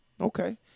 Okay